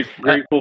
Grateful